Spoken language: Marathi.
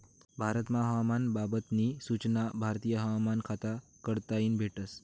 भारतमा हवामान ना बाबत नी सूचना भारतीय हवामान खाता कडताईन भेटस